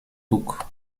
boek